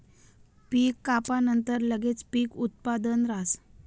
पीक कापानंतर लगेच पीक उत्पादन राहस